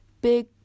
Big